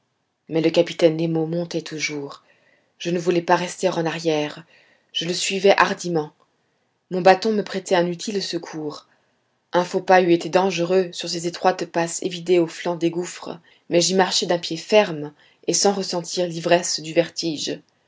mais le capitaine nemo montait toujours je ne voulais pas rester en arrière je le suivais hardiment mon bâton me prêtait un utile secours un faux pas eût été dangereux sur ces étroites passes évidées aux flancs des gouffres mais j'y marchais d'un pied ferme et sans ressentir l'ivresse du vertige